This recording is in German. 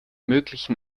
möglichen